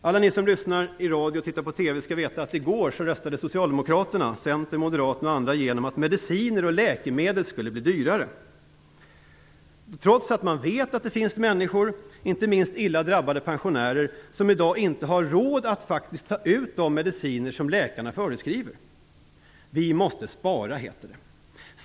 Alla ni som lyssnar på radio och tittar på TV skall veta att Socialdemokraterna, Centern, Moderaterna och andra har röstat igenom att mediciner och läkemedel skall bli dyrare. Detta har skett trots att man vet att det finns människor, inte minst hårt drabbade pensionärer, som i dag faktiskt inte har råd att ta ut de mediciner som läkarna förskriver. Det heter att vi måste spara.